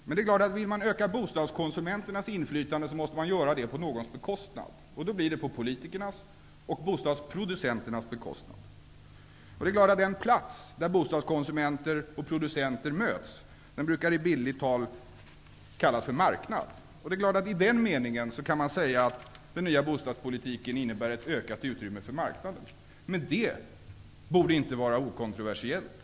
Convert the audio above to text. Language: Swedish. Men om man vill öka bostadskonsumenternas inflytande, måste det ske på någons bekostnad, och då blir det på politikernas och bostadsproducenternas bekostnad. Den plats där bostadskonsumenter och bostadsproducenter möts brukar bildligt talat kallas för marknad. I den meningen innebär den nya bostadspolitiken ett ökat utrymme för marknaden, men detta borde inte var kontroversiellt.